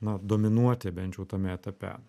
na dominuoti bent jau tame etape